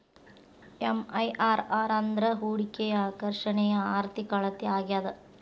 MIRR ಅಂದ್ರ ಹೂಡಿಕೆಯ ಆಕರ್ಷಣೆಯ ಆರ್ಥಿಕ ಅಳತೆ ಆಗ್ಯಾದ